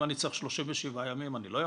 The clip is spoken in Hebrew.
אם אני צריך 37 ימים אני לא יכול?